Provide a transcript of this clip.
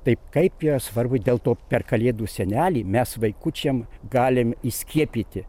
taip kaip yra svarbu dėl to per kalėdų senelį mes vaikučiam galim įskiepyti